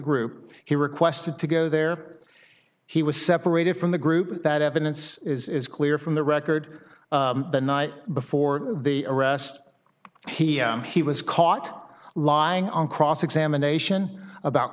group he requested to go there he was separated from the group that evidence is clear from the record the night before the arrest him he was caught lying on cross examination about